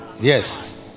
yes